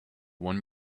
one